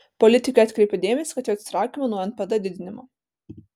politikė atkreipė dėmesį kad jau atsitraukiama nuo npd didinimo